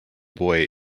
boy